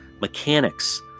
mechanics